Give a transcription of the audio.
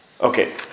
Okay